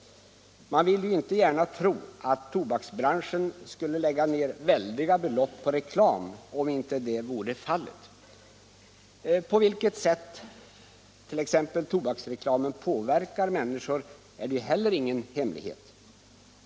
Man vill ju inte gärna tro att tobaks branschen skulle lägga ner väldiga belopp på reklam, om inte detta vore fallet. På vilket sätt t.ex. tobaksreklamen påverkar människor är heller ingen hemlighet.